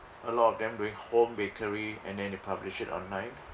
a lot of them doing home bakery and then they publish it online